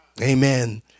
amen